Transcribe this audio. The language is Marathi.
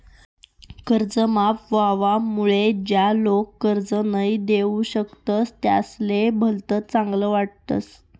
कर्ज माफ व्हवामुळे ज्या लोक कर्ज नई दिऊ शकतस त्यासले भलत चांगल वाटस